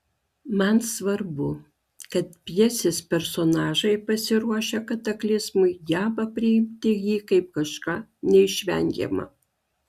man svarbu kad pjesės personažai pasiruošę kataklizmui geba priimti jį kaip kažką neišvengiama